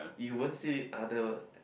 you won't see other